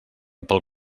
pel